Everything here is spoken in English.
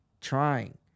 trying